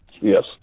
Yes